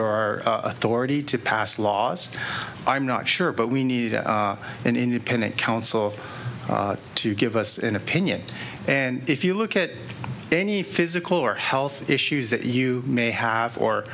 our authority to pass laws i'm not sure but we need an independent counsel to give us an opinion and if you look at any physical or health issues that you may have or